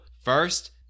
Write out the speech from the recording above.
first